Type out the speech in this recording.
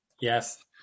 Yes